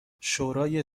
شورای